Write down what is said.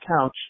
couch